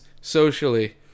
socially